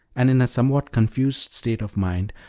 and in a somewhat confused state of mind,